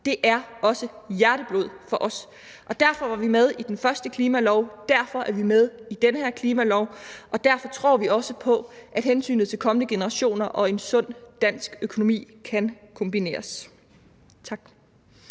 er også hjerteblod for os. Derfor var vi med i den første klimalov, derfor er vi med i den her klimalov, og derfor tror vi også på, at hensynet til kommende generationer og en sund dansk økonomi kan kombineres. Tak.